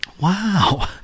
Wow